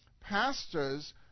pastors